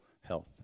health